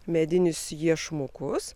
medinius iešmukus